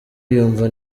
yumva